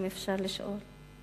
אם אפשר לשאול?